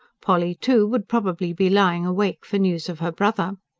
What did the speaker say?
polly, too, would probably be lying awake for news of her brother.